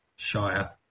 Shire